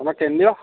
আমাৰ কেন্দ্ৰীয়